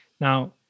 Now